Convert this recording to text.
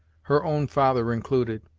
her own father included.